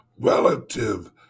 relative